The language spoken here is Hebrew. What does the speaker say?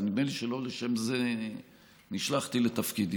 אבל נדמה לי שלא לשם זה נשלחתי לתפקידי.